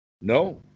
No